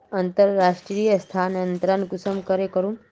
अंतर्राष्टीय स्थानंतरण कुंसम करे करूम?